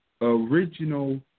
original